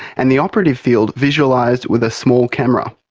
and the operative field visualised with a small camera.